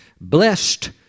Blessed